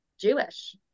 Jewish